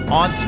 on